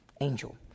Angel